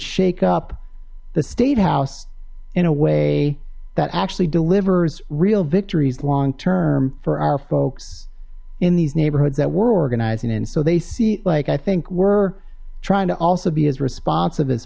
shake up the statehouse in a way that actually delivers real victories long term for our folks in these neighborhoods that were organizing in so they see like i think we're trying to also be as respons